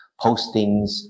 postings